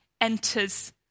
enters